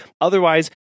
otherwise